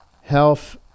Health